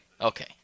Okay